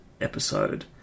episode